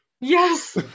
Yes